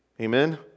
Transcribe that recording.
Amen